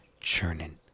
churning